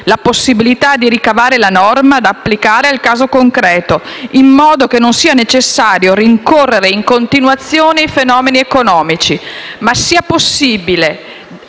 la possibilità di ricavare la norma da applicare al caso concreto, in modo che non sia necessario rincorrere in continuazione i fenomeni economici, ma sia possibile,